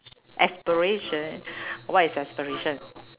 aspiration what is aspiration